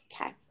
okay